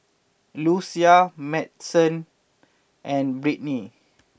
Lucia Madyson and Brittnie